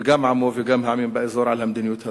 וגם עמו וגם העמים באזור, על המדיניות הזאת.